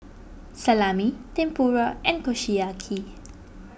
Salami Tempura and Kushiyaki